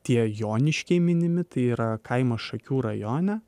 tie joniškiai minimi tai yra kaimas šakių rajone